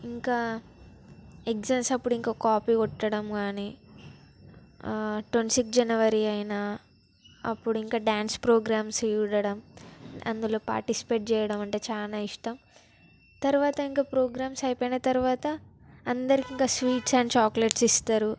ఇంకా ఎగ్జామ్స్ అప్పుడు ఇంక కాపీ కొట్టడం కానీ ట్వంటీ సిక్స్త్ జనవరి అయినా అప్పుడు ఇంకా డ్యాన్స్ ప్రోగ్రామ్స్ చూడడం అందులో పార్టిసిపేట్ చేయడమంటే చాలా ఇష్టం తరువాత ఇంక ప్రోగ్రామ్స్ అయిపోయిన తర్వాత అందరికి ఇంకా స్వీట్స్ అండ్ చాకొలేట్స్ ఇస్తారు